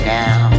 now